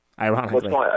Ironically